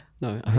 No